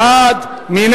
מי בעד?